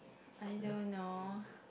I don't know